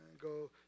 go